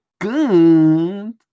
good